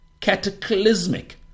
Cataclysmic